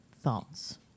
thoughts